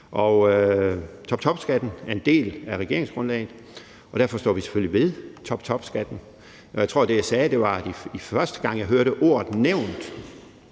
Toptopskatten er en del af regeringsgrundlaget, og derfor står vi selvfølgelig ved toptopskatten. Jeg tror, at det, jeg sagde, var, at første gang jeg hørte ordet nævnt,